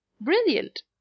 brilliant